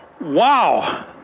Wow